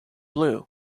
blue